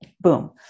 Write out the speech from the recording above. Boom